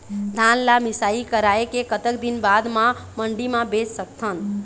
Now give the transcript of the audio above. धान ला मिसाई कराए के कतक दिन बाद मा मंडी मा बेच सकथन?